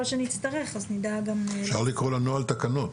שנצטרך נדע גם --- אפשר לקרוא לנוהל "תקנות"